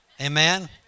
Amen